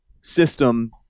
system